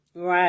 Right